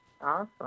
Awesome